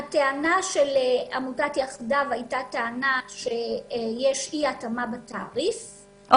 הטענה של עמותת "יחדיו" הייתה טענה שיש אי התאמה בתעריף,